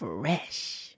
Fresh